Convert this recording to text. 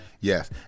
Yes